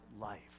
life